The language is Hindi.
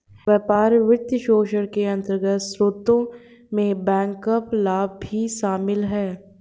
व्यापार वित्तपोषण के आंतरिक स्रोतों में बैकअप लाभ भी शामिल हैं